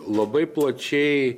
labai plačiai